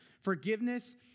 Forgiveness